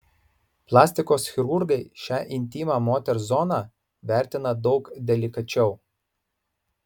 plastikos chirurgai šią intymią moters zoną vertina daug delikačiau